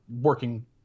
working